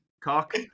Cock